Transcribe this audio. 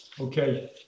Okay